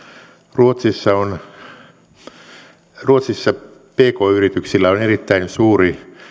ruotsissa pk yrityksillä on erittäin suuri